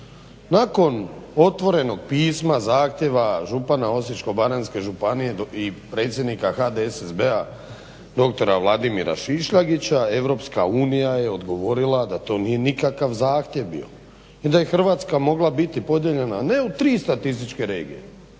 Nakon otvorenog pisma zahtjeva župana Osječko-baranjske županije i predsjednika HDSSB-a doktora Vladimira Šišljagića EU je odgovorila da to nije nikakav zahtjev bio i da je Hrvatska mogla biti podijeljena ne u tri